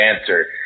answer